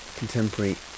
contemporary